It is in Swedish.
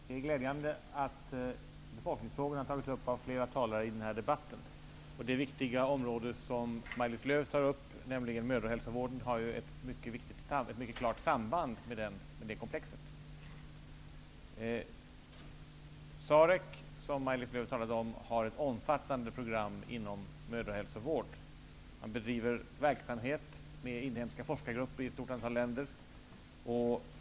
Herr talman! Det är glädjande att befolkningsfrågan har tagits upp av flera talare i denna debatt. Det viktiga område som Maj-Lis Lööw tog upp, nämligen mödrahälsovården, har ett mycket klart samband med det komplexet. SAREC, som Maj-Lis Lööw också talade om, har ett omfattande program för mödrahälsovård. Man bedriver verksamhet med inhemska forskargrupper i ett stort antal länder.